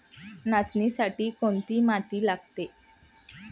नाचणीसाठी कोणती माती लागते?